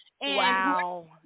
Wow